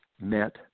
met